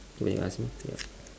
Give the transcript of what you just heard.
so now you ask me ya